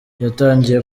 yatangiye